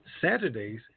Saturday's